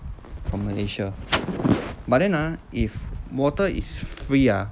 from malaysia but then ah if water is free ah